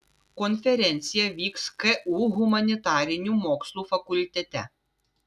konferencija vyks ku humanitarinių mokslų fakultete